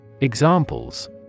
Examples